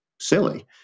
silly